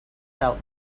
out